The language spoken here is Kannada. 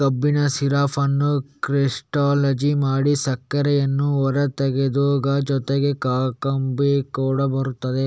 ಕಬ್ಬಿನ ಸಿರಪ್ ಅನ್ನು ಕ್ರಿಸ್ಟಲೈಜ್ ಮಾಡಿ ಸಕ್ಕರೆಯನ್ನು ಹೊರತೆಗೆದಾಗ ಜೊತೆಗೆ ಕಾಕಂಬಿ ಕೂಡ ಬರುತ್ತದೆ